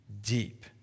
deep